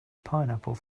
pineapple